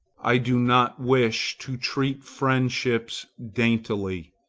i do not wish to treat friendships daintily,